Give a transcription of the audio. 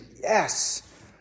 Yes